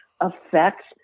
affects